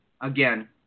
again